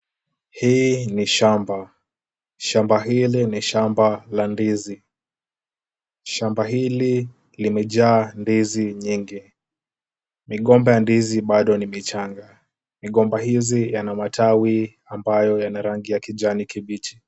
Hii ni shamba, shamba hili ni shamba la ndizi. Shamba hili limejaa ndizi nyingi. Migomba ya ndizi bado ni michanga. Migomba hizi yana matawi ambayo yana rangi ya kijani kibichi.